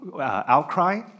outcry